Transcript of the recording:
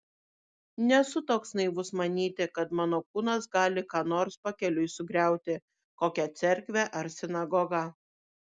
nesu toks naivus manyti kad mano kūnas gali ką nors pakeliui sugriauti kokią cerkvę ar sinagogą